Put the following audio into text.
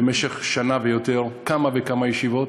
במשך שנה ויותר, כמה וכמה ישיבות,